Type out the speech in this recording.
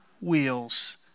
wheels